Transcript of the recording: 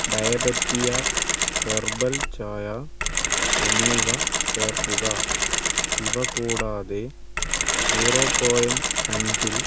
ഡയബെറ്റിയ herbal ചായ എന്നിവ ചേർക്കുക ഇവ കൂടാതെ സീറോ പോയിൻറ് അഞ്ചിൽ